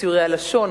בציורי הלשון,